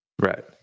Right